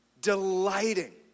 Delighting